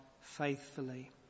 faithfully